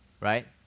right